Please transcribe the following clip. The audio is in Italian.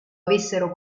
avessero